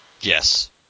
Yes